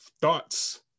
thoughts